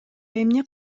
эмне